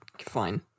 Fine